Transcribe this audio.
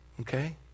Okay